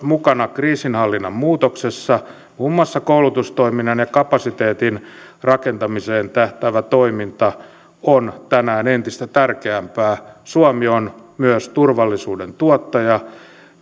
mukana myös kriisinhallinnan muutoksessa muun muassa koulutustoiminnan ja kapasiteetin rakentamiseen tähtäävä toiminta on tänään entistä tärkeämpää suomi on myös turvallisuuden tuottaja